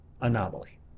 anomaly